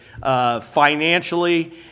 Financially